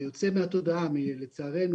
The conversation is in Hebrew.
אדוני המנכ"ל,